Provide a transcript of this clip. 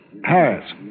Paris